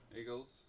Eagles